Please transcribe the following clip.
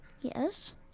Yes